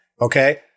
okay